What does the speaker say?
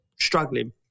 struggling